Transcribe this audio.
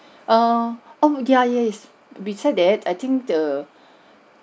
err oh yeah yeah yes beside that I think the